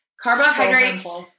Carbohydrates